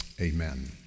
amen